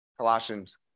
Colossians